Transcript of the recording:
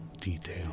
detail